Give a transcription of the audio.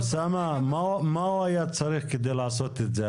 אוסאמה, מה הוא היה צריך כדי לעשות את זה?